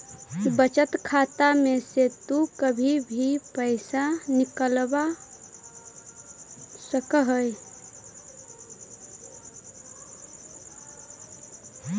बचत खाता में से तु कभी भी पइसा निकलवा सकऽ हे